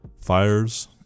fires